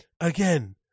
Again